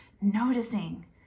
noticing